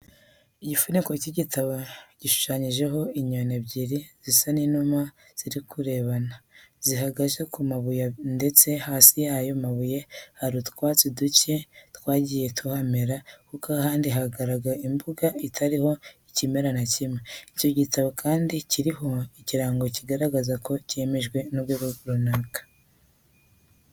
Igifuniko cy'igitabo gishushanijeho inyoni ebyiri zisa n'inuma ziri kurebana, zihagaze ku mabuye ndetse hasi y'ayo mabuye hari utwatsi ducye twagiye tuhamera kuko ahandi hagaragara imbuga itariho ikimera na kimwe. Icyo gitabo kandi kiriho ikirango kigaragaza ko cyemejwe n'urwego runaka.